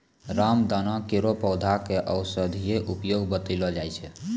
रामदाना केरो पौधा क औषधीय उपयोग बतैलो जाय छै